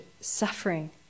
suffering